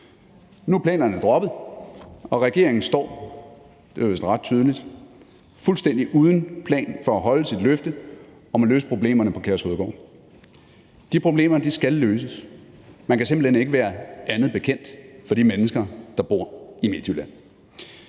Nu er planerne droppet, og regeringen står – det er vist ret tydeligt – fuldstændig uden plan for at holde sit løfte om at løse problemerne på Kærshovedgård. De problemer skal løses. Man kan simpelt hen ikke være andet bekendt over for de mennesker, der bor i Midtjylland.